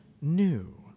new